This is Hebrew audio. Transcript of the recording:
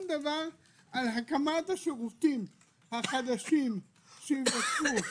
דבר על הקמת השירותים החדשים שייווצרו.